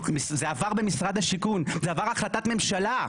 זה עבר במשרד השיכון, זה עבר החלטת ממשלה.